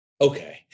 okay